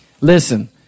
Listen